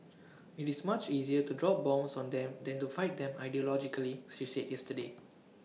IT is much easier to drop bombs on them than to fight them ideologically she said yesterday